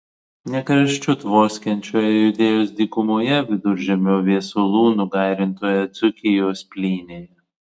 ne karščiu tvoskiančioje judėjos dykumoje viduržiemio viesulų nugairintoje dzūkijos plynėje